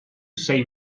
sei